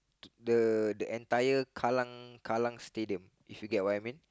the the entire Kallang Kallang Stadium if you get what I mean